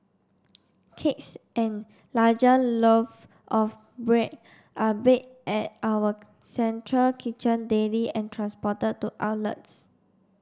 cakes and larger loaf of bread are baked at our central kitchen daily and transported to outlets